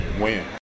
win